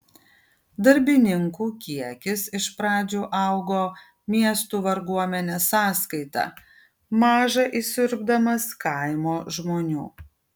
darbininkų kiekis iš pradžių augo miestų varguomenės sąskaita maža įsiurbdamas kaimo žmonių